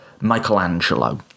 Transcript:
Michelangelo